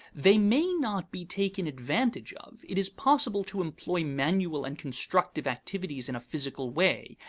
they may not be taken advantage of it is possible to employ manual and constructive activities in a physical way,